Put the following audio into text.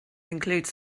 include